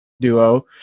duo